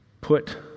put